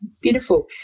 beautiful